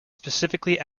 specifically